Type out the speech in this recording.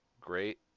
great